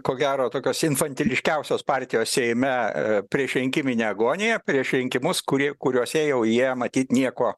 ko gero tokios infantiliškiausios partijos seime priešrinkiminė agonija prieš rinkimus kurie kuriose jau jie matyt nieko